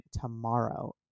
tomorrow